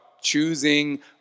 choosing